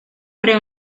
creo